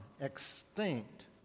extinct